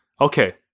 Okay